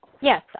Yes